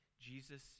Jesus